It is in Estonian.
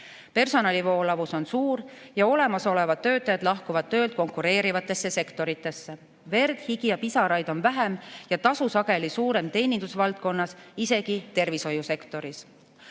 Personali voolavus on suur ja olemasolevad töötajad lahkuvad töölt konkureerivatesse sektoritesse. Verd, higi ja pisaraid on vähem ja tasu sageli suurem teenindusvaldkonnas, isegi tervishoiusektoris.